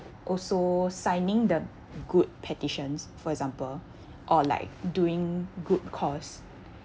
also signing the good petitions for example or like doing good cause